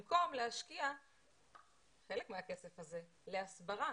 זה במקום להשקיע חלק מהכסף הזה להסברה,